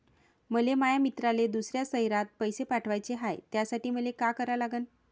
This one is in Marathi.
मले माया मित्राले दुसऱ्या शयरात पैसे पाठवाचे हाय, त्यासाठी मले का करा लागन?